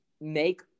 make